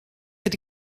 ydy